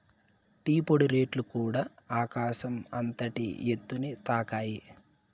tea పొడి రేట్లుకూడ ఆకాశం అంతటి ఎత్తుని తాకాయి